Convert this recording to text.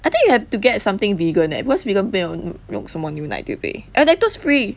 I think you have to get something vegan eh and because 你那边有没有什么牛奶对不对 oh lactose free